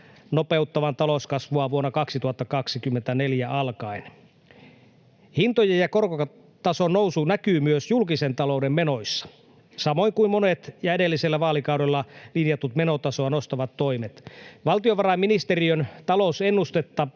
nopeuttavan talouskasvua vuodesta 2024 alkaen. Hintojen ja korkotason nousu näkyy myös julkisen talouden menoissa, samoin kuin monet jo edellisellä vaalikaudella linjatut menotasoa nostavat toimet. Valtiovarainministeriön talousennustetta